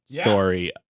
story